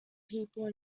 people